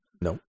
no